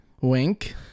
Wink